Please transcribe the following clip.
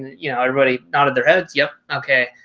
you know, everybody nodded their heads. yep. okay,